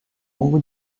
longo